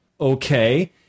Okay